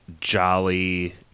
jolly